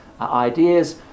ideas